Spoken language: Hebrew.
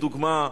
לדוגמה,